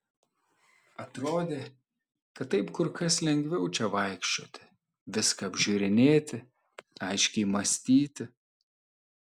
atrodė kad taip kur kas lengviau čia vaikščioti viską apžiūrinėti aiškiai mąstyti